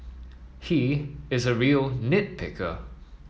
he is a real nit picker